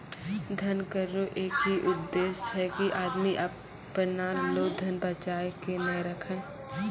धन कर रो एक ही उद्देस छै की आदमी अपना लो धन बचाय के नै राखै